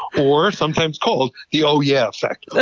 or sometimes called the oh yeah effect,